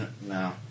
No